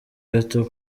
gato